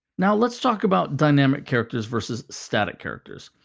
now let's talk about dynamic characters versus static characters.